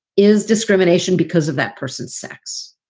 is discrimination because of that person's sex?